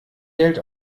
geld